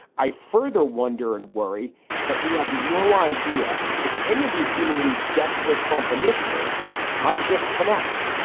i further wonder and worry that we have no idea if any of these seemingly desperate trump initiatives might just connect.